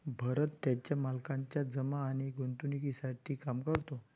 भरत त्याच्या मालकाच्या जमा आणि गुंतवणूकीसाठी काम करतो